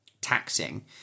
taxing